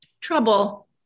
trouble